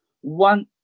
One